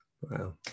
Wow